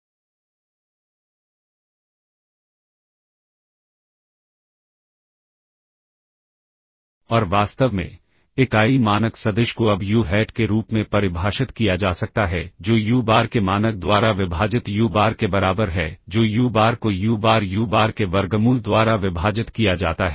और वास्तव में इकाई मानक सदिश को अब यू हैट के रूप में परिभाषित किया जा सकता है जो यू बार के मानक द्वारा विभाजित यू बार के बराबर है जो यू बार को यू बार यू बार के वर्गमूल द्वारा विभाजित किया जाता है